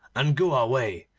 and go our way,